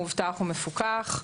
מאובטח ומפוקח.